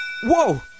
Whoa